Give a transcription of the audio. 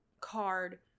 card